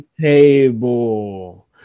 Table